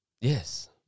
Yes